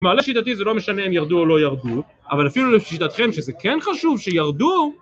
כלומר, לשיטתי זה לא משנה אם ירדו או לא ירדו, אבל אפילו לשיטתכם, שזה כן חשוב שירדו..